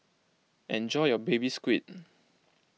enjoy your Baby Squid